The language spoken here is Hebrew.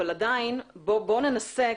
אבל עדיין בואו ננסה,